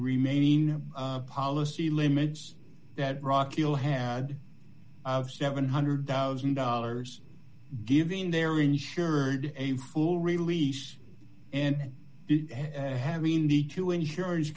remaining policy limits that rocky hill had of seven hundred thousand dollars giving their insured a full release and having the two insurance